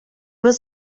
was